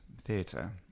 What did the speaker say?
theatre